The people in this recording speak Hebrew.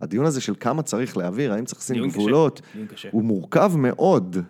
הדיון הזה של כמה צריך להעביר, האם צריך דיון קשה לשים גבולות, הוא דיון קשה הוא מורכב מאוד.